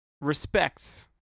respects